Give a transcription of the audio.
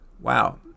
wow